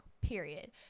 period